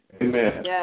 Amen